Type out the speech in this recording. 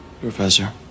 Professor